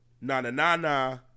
na-na-na-na